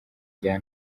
rya